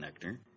connector